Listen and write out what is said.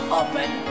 open